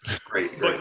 Great